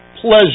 pleasure